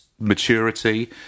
maturity